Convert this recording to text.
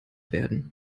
werden